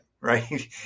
right